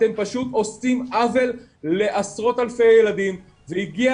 אתם פשוט עושים עוול לעשרות אלפי ילדים והגיע